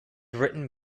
written